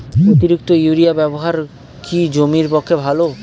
অতিরিক্ত ইউরিয়া ব্যবহার কি জমির পক্ষে ভালো?